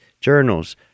journals